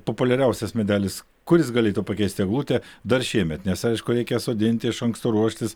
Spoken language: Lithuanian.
populiariausias medelis kuris galėtų pakeisti eglutę dar šiemet nes aišku reikia sodinti iš anksto ruoštis